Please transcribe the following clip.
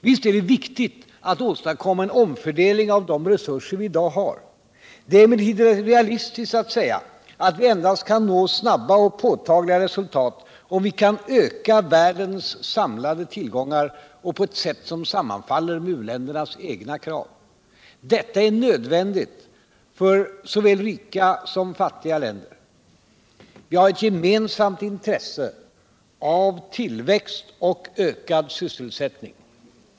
Visst är det viktigt att åstadkomma en omfördelning av de resurser vi i dag har. Det är emellertid realistiskt att säga att vi kan nå snabba och påtagliga resultat endast om vi kan öka världens samlade tillgångar — på ett sätt som sammanfaller med u-ländernas egna krav. Detta är nödvändigt för såväl rika som fattiga länder. Vi har ett gemensamt intresse av tillväxt och ökad sysselsättning.